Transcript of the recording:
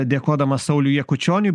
dėkodamas sauliui jakučioniui